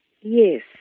Yes